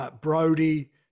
Brody